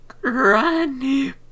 Granny